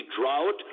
drought